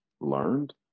learned